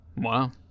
Wow